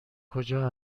کجا